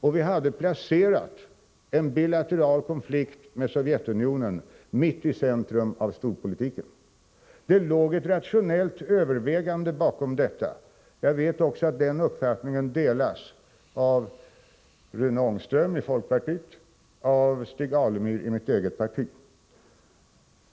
Vi hade placerat en bilateral konflikt med Sovjetunionen mitt i centrum av storpolitiken. Det låg ett rationellt övervägande bakom detta. Jag vet också att den uppfattningen delas av Rune Ångström i folkpartiet och av Stig Alemyr i mitt eget parti.